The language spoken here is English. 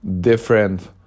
different